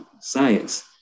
science